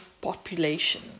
population